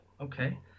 Okay